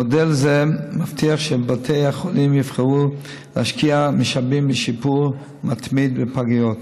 מודל זה מבטיח שבתי החולים יבחרו להשקיע משאבים לשיפור מתמיד בפגיות.